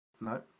No